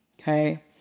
Okay